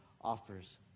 offers